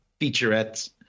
featurettes